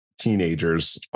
teenagers